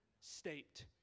state